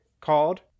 called